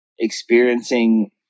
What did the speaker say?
experiencing